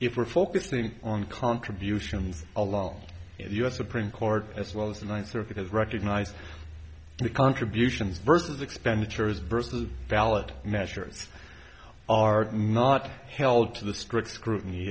if we're focusing on contributions alone the us supreme court as well as the ninth circuit has recognized the contributions versus expenditures versus ballot measures are not held to the strict scrutiny